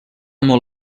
molt